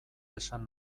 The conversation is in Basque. esan